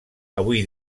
avui